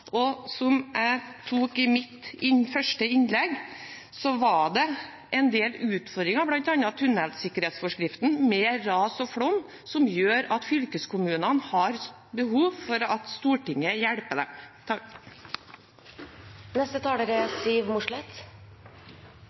og som jeg tok opp i mitt første innlegg, var det en del utfordringer, bl.a. tunnelsikkerhetsforskriften, med ras og flom, som gjør at fylkeskommunene har behov for at Stortinget hjelper dem. Senterpartiets alternative NTP eller budsjett er